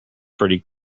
pretty